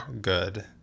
good